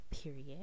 period